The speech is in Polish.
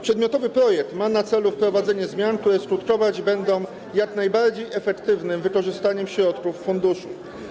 Przedmiotowy projekt ma na celu wprowadzenie zmian, które skutkować będą jak najbardziej efektywnym wykorzystaniem środków funduszu.